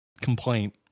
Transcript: complaint